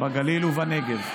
בגליל ובנגב.